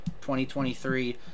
2023